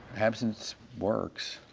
abstinence works.